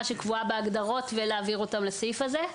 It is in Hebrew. שקבועה בהגדרות ולהעביר אותם לסעיף הזה.